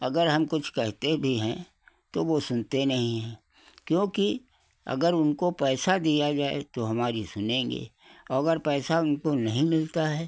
अगर हम कुछ कहते भी हैं तो वो सुनते नहीं हैं क्योंकि अगर उनको पैसा दिया जाए तो हमारी सुनेंगे और अगर पैसा उनको नहीं मिलता है